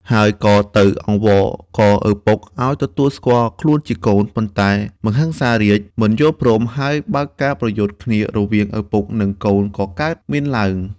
ហើយក៏ទៅអង្វរករឪពុកឱ្យទទួលស្គាល់ខ្លួនជាកូន ប៉ុន្តែមហិង្សារាជមិនយល់ព្រម ហើយបើកការប្រយុទ្ធគ្នារវាងឪពុកនឹងកូនក៏កើតមានឡើង។